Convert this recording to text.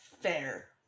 Fair